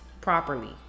properly